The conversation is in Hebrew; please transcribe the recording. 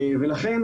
לכן,